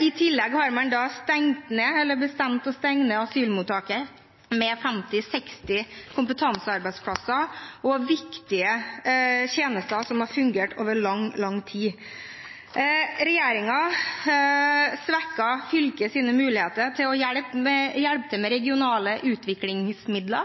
I tillegg har man bestemt å stenge asylmottaket med 50–60 kompetansearbeidsplasser og viktige tjenester som har fungert over lang, lang tid. Regjeringen svekker fylkets muligheter til å hjelpe til med regionale utviklingsmidler,